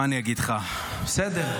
מה אני אגיד לך, בסדר.